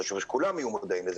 חשוב שכולם יהיו מודעים לזה,